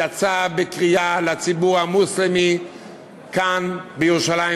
יצא בקריאה לציבור המוסלמי כאן בירושלים,